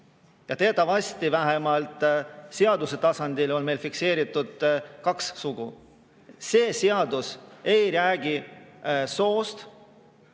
Ja teatavasti vähemalt seaduse tasandil on meil fikseeritud kaks sugu. See seadus[eelnõu] ei räägi soost,